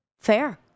Fair